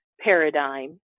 paradigm